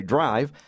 Drive